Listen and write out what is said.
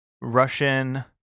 Russian